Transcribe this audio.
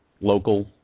local –